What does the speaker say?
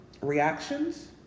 reactions